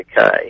okay